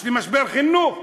יש לי משבר חינוך,